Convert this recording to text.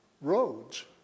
Roads